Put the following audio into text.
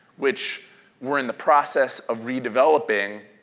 which we're in the process of redeveloping,